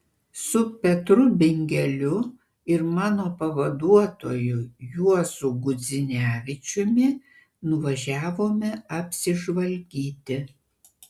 su petru bingeliu ir mano pavaduotoju juozu gudzinevičiumi nuvažiavome apsižvalgyti